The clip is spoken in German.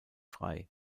frei